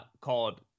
called